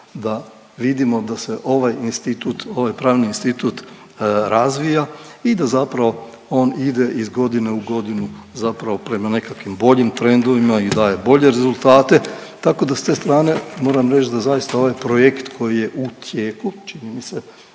dešava i meni se čini, kad pogledam u te brojke zapravo on ide iz godine u godinu zapravo prema nekakvim boljim trendovima i daje bolje rezultate, tako da ste strane moram reći da zaista ovaj projekt koji je u tijeku, čini mi se,